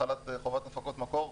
החלת חובת הפקות מקור,